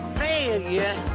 failure